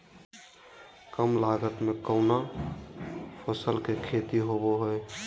काम लागत में कौन फसल के खेती होबो हाय?